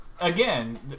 again